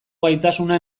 gaitasuna